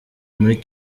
muri